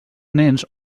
nens